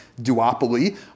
duopoly